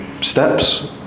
Steps